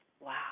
Wow